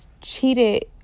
cheated